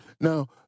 Now